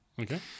Okay